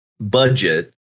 budget